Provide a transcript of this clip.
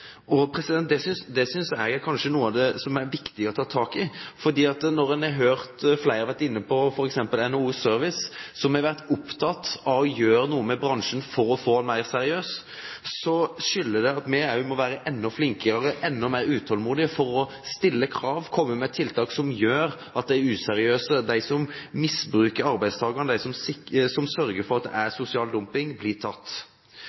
Det synes jeg kanskje er noe av det som er viktig å ta tak i. Som flere har vært inne på, har f.eks. NHO Service vært opptatt av å gjøre noe med bransjen for å få den mer seriøs, og det gjør at vi må være enda flinkere, enda mer utålmodig med å stille krav, komme med tiltak som gjør at de useriøse, de som misbruker arbeidstakerne, de som sørger for at det er sosial dumping, blir tatt.